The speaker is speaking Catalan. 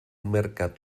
mercat